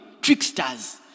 tricksters